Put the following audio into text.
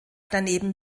daneben